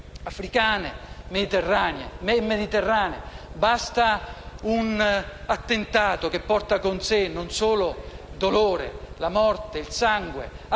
africane nel Mediterraneo. Basta un attentato che porta con sé non solo dolore, ma morte e sangue,